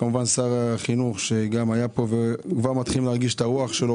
וכמובן שר החינוך שגם היה פה וכבר מתחילים להרגיש את הרוח שלו,